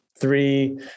three